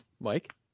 Mike